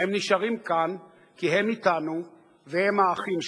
הם נשארים כאן כי הם אתנו והם האחים שלנו.